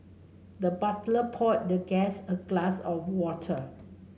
the butler poured the guest a glass of water